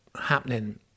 happening